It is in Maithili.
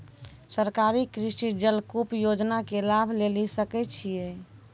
सरकारी कृषि जलकूप योजना के लाभ लेली सकै छिए?